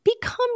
become